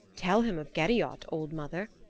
tell him of gerriod, old mother,